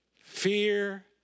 fear